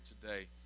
today